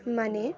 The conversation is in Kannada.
ಮನೆ